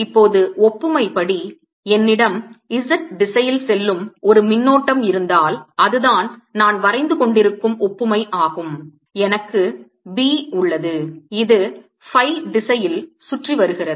இப்போது ஒப்புமை படி என்னிடம் z திசையில் செல்லும் ஒரு மின்னோட்டம் இருந்தால் அதுதான் நான் வரைந்து கொண்டிருக்கும் ஒப்புமை ஆகும் எனக்கு B உள்ளது இது phi திசையில் சுற்றி வருகிறது